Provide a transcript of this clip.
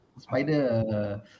spider